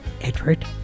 Edward